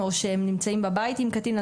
או שהם נמצאים בבית עם קטין,